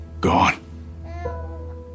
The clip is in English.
gone